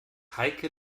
heike